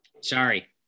Sorry